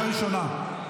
קריאה ראשונה.